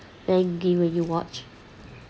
playing game when you watch